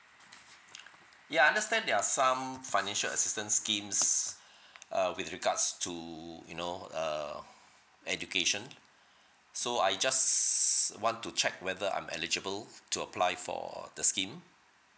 ya understand there are some financial assistance schemes uh with regards to you know uh education so I just want to check whether I'm eligible to apply for the scheme